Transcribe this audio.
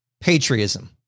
patriotism